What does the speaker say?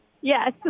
Yes